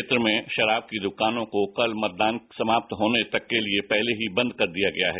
क्षेत्र में शराब की दुकानों को कल मतदान समाप्त होने तक के लिए पहले की बंद कर दिया गया है